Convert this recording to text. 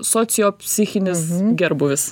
sociopsichinis gerbūvis